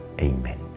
Amen